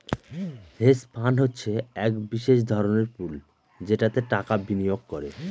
hedge fund হচ্ছে এক বিশেষ ধরনের পুল যেটাতে টাকা বিনিয়োগ করে